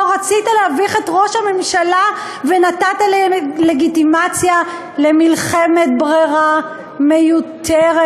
לא רצית להביך את ראש הממשלה ונתת לגיטימציה למלחמת ברירה מיותרת,